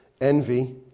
envy